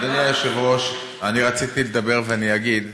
אדוני היושב-ראש, אני רציתי לדבר, ואני אגיד,